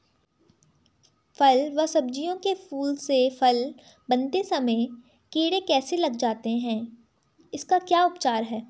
फ़ल व सब्जियों के फूल से फल बनते समय कीड़े कैसे लग जाते हैं इसका क्या उपचार है?